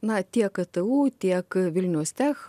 na tiek ktu tiek vilniaus tech